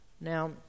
Now